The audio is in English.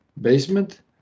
basement